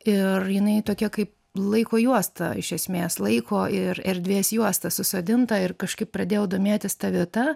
ir jinai tokia kaip laiko juosta iš esmės laiko ir erdvės juosta susodinta ir kažkaip pradėjau domėtis ta vieta